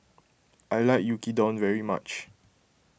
I like Yaki Udon very much